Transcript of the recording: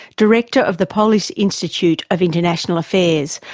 director of the polish institute of international affairs,